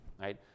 right